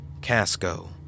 Casco